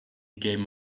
game